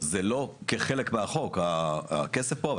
זה לא כחלק מהחוק, הכסף פה.